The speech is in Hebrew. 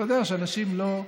אתה יודע שאנשים לא,